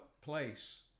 place